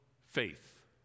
faith